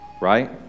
right